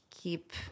keep